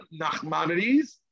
Nachmanides